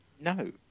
no